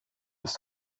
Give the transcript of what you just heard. ist